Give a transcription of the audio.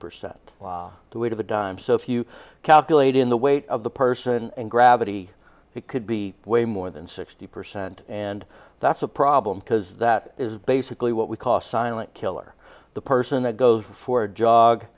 percent the weight of a dime so if you calculate in the weight of the person and gravity it could be way more than sixty percent and that's a problem because that is basically what we call silent killer the person that goes in for a jog